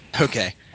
Okay